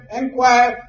inquire